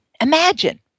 imagine